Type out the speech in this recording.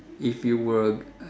if you were